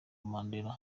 mandela